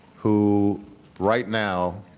who right now